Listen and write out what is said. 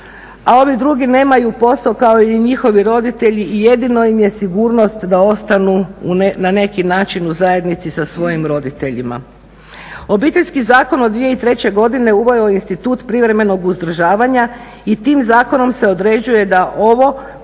a ovi drugi nemaju posao kao i njihovi roditelji i jedino im je sigurnost da ostanu na neki način u zajednici sa svojim roditeljima. Obiteljski zakon od 2003. godine uveo je institut privremenog uzdržavanja i tim zakonom se određuje da ovo